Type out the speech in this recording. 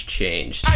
changed